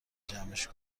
جمعش